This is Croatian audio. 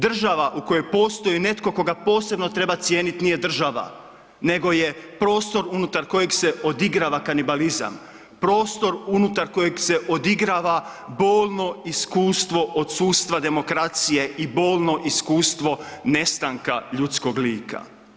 Država u kojoj postoji netko koga posebno treba cijeniti nije država nego je prostor unutar kojeg se odigrava kanibalizam, prostor unutar kojeg se odigrava bolno iskustvo odsustva demokracije i bolno iskustvo nestanka ljudskog lika.